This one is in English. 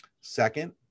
Second